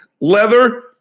Leather